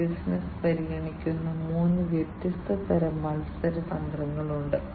അതിനാൽ ഈ സെൻസറുകളിൽ ഭൂരിഭാഗവും അടിസ്ഥാനപരമായി അനലോഗ് സെൻസറുകൾ